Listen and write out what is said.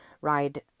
ride